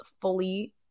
fully